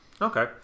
okay